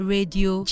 Radio